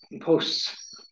posts